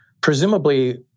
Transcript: presumably